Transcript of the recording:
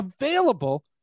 available